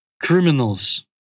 criminals